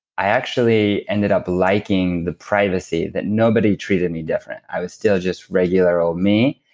i actually ended up liking the privacy. that nobody treated me different. i was still just regular old me,